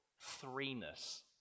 threeness